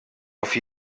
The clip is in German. auf